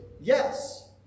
yes